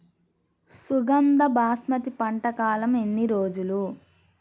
సుగంధ బాస్మతి పంట కాలం ఎన్ని రోజులు?